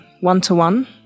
one-to-one